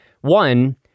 one